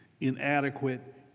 inadequate